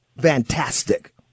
fantastic